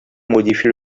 modifie